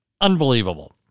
Unbelievable